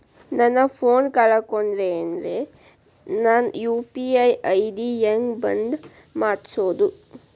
ನನ್ನ ಫೋನ್ ಕಳಕೊಂಡೆನ್ರೇ ನನ್ ಯು.ಪಿ.ಐ ಐ.ಡಿ ಹೆಂಗ್ ಬಂದ್ ಮಾಡ್ಸೋದು?